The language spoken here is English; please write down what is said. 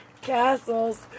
castles